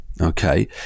Okay